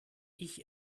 ich